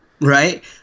right